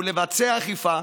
ולבצע אכיפה